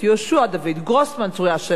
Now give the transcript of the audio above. צרויה שלו ואורלי קסטל-בלום,